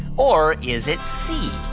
or is it c,